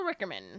Rickerman